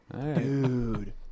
Dude